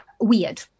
weird